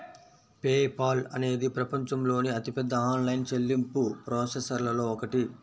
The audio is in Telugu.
పే పాల్ అనేది ప్రపంచంలోని అతిపెద్ద ఆన్లైన్ చెల్లింపు ప్రాసెసర్లలో ఒకటి